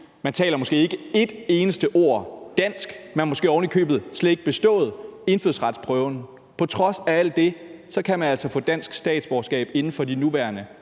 ikke taler et eneste ord dansk; man har måske ovenikøbet slet ikke bestået indfødsretsprøven. På trods af alt det kan man altså få dansk statsborgerskab inden for de nuværende